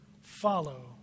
follow